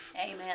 Amen